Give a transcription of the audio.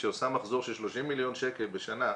שעושה מחזור של 30 מיליון שקל בשנה,